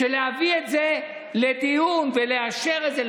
להביא את זה לדיון ולאשר את זה,